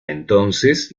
entonces